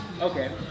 Okay